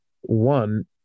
One